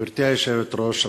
גברתי היושבת-ראש,